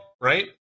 right